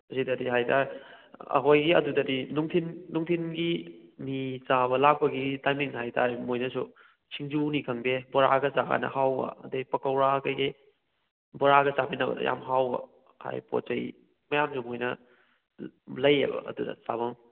ꯑꯁꯤꯗꯗꯤ ꯍꯥꯏꯇꯥꯔꯦ ꯑꯩꯈꯣꯏꯒꯤ ꯑꯗꯨꯗꯗꯤ ꯅꯨꯡꯊꯤꯟ ꯅꯨꯡꯊꯤꯟꯒꯤ ꯃꯤ ꯆꯥꯕ ꯂꯥꯛꯄꯒꯤ ꯇꯥꯏꯝꯃꯤꯡ ꯍꯥꯏꯇꯔꯦ ꯃꯣꯏꯗꯁꯨ ꯁꯤꯡꯖꯨꯅꯤ ꯈꯪꯗꯦ ꯕꯣꯔꯥꯒ ꯆꯥꯔꯒꯅ ꯍꯥꯎꯕ ꯑꯗꯨꯗꯩ ꯄꯀꯧꯔꯥ ꯀꯩ ꯀꯩ ꯕꯣꯔꯥꯒ ꯆꯥꯃꯤꯟꯅꯕꯗ ꯌꯥꯝꯅ ꯍꯥꯎꯕ ꯍꯥꯏ ꯄꯣꯠ ꯆꯩ ꯃꯌꯥꯝꯗꯨ ꯃꯣꯏꯅ ꯂꯩꯌꯦꯕ ꯑꯗꯨꯗ ꯆꯥꯐꯝ